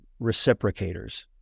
reciprocators